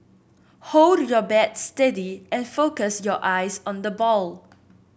hold your bat steady and focus your eyes on the ball